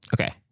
Okay